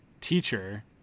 teacher